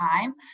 time